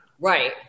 Right